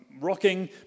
rocking